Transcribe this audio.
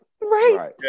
right